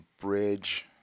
bridge